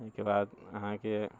ओहिके बाद अहाँकेँ